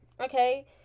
okay